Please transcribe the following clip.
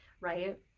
right